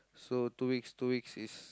so two weeks two weeks is